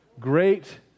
great